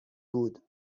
بود